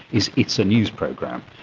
is it's a news program.